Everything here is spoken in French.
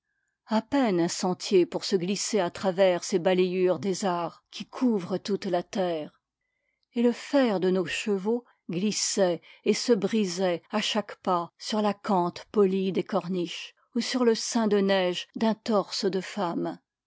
a peine un sentier pour se glisser à travers ces balayures des arts qui couvrent toute la terre et le fer de nos chevaux glissait et se brisait à chaque pas sur l'acanthe polie des corniches ou sur le sein de neige d'un torse de femme